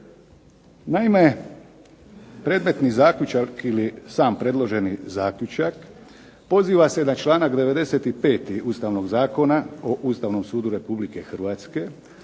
Naime, predmetni zaključak ili sam predloženi zaključak poziva se na članak 95. ustavnog Zakona o Ustavnom sudu Republike Hrvatske,